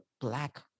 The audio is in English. Black